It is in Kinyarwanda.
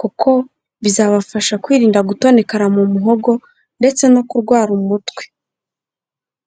kuko bizabafasha kwirinda gutonekara mu muhogo ndetse no kurwara umutwe.